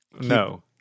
No